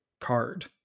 card